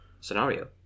scenario